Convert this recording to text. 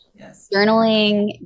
journaling